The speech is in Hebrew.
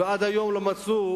ועד היום לא מצאו